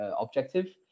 objective